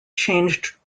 changed